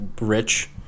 rich